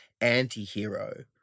anti-hero